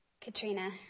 Katrina